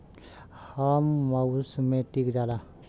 हर मउसम मे टीक जाला